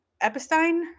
Epstein